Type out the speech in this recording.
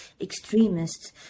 extremists